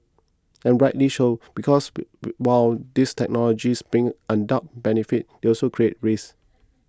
and rightly so because while these technologies bring undoubted benefits they also create risks